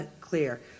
clear